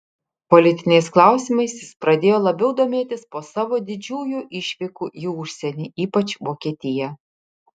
politiniais klausimais jis pradėjo labiau domėtis po savo didžiųjų išvykų į užsienį ypač vokietiją